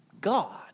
God